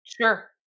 Sure